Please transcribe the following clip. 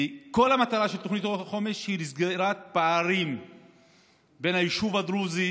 כל המטרה של תוכנית החומש היא סגירת פערים בין היישוב הדרוזי